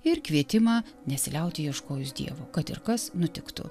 ir kvietimą nesiliauti ieškojus dievo kad ir kas nutiktų